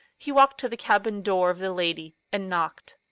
he walked to the cabin door of the lady, and knocked.